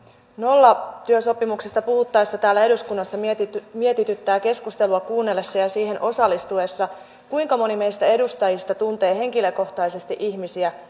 nollatyösopimuksesta puhuttaessa täällä eduskunnassa mietityttää keskustelua kuunnellessa ja siihen osallistuessa kuinka moni meistä edustajista tuntee henkilökohtaisesti ihmisiä